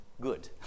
good